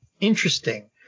interesting